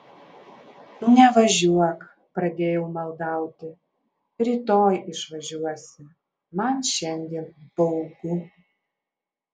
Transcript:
nevažiuok pradėjau maldauti rytoj išvažiuosi man šiandien baugu